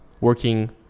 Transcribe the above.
working